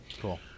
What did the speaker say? Cool